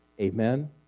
Amen